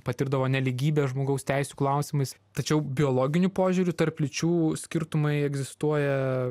patirdavo nelygybę žmogaus teisių klausimais tačiau biologiniu požiūriu tarp lyčių skirtumai egzistuoja